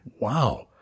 Wow